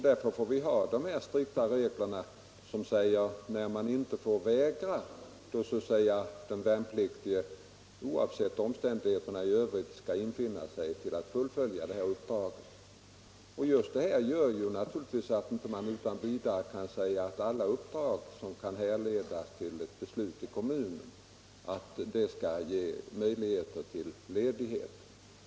Därför får vi ha de här strikta reglerna som säger när man inte får vägra — dvs. när den värnpliktige oavsett omständigheterna i övrigt skall få ledigt för att fullgöra det civila uppdraget. Just detta gör naturligtvis att man inte utan vidare kan säga att alla kommunala uppdrag skall ge möjligheter till ledighet.